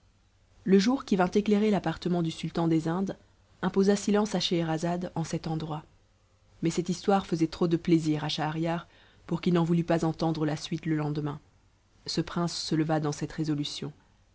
le jour qui vint éclairer l'appartement du sultan des indes imposa silence à scheherazade en cet endroit mais cette histoire faisait trop de plaisir à schahriar pour qu'il n'en voulût pas entendre la suite le lendemain ce prince se leva dans cette résolution